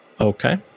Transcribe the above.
Okay